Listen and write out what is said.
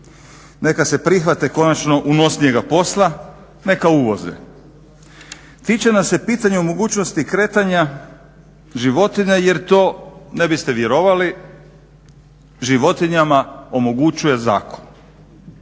Neka se prihvate konačno unosnijega posla neka uvoze. Tiče nas se pitanje o mogućnosti kretanja životinja jer to ne biste vjerovali životinjama omogućuje zakon